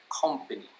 company